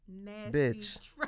bitch